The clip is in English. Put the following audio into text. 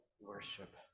worship